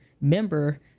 member